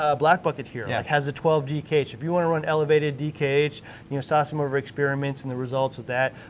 ah black bucket here. it yeah has a twelve dkh, if you want to run elevated dkh, you know saw some of our experiments and the results of that.